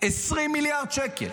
20 מיליארד שקל.